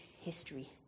history